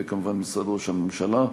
וכמובן משרד ראש הממשלה.